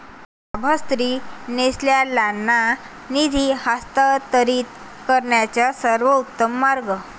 लाभार्थी नसलेल्यांना निधी हस्तांतरित करण्याचा सर्वोत्तम मार्ग